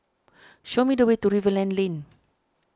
show me the way to River land Lane